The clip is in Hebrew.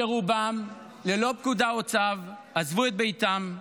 שרובם ללא פקודה או צו עזבו את ביתם,